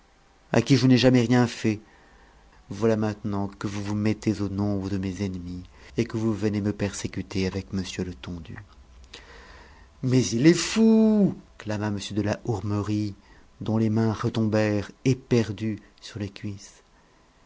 à qui je n'ai jamais rien fait voilà maintenant que vous vous mettez au nombre de mes ennemis et que vous venez me persécuter avec m letondu mais il est fou clama m de la hourmerie dont les mains retombèrent éperdues sur les cuisses